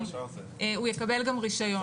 הוא יקבל גם רישיון,